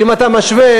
אם אתה משווה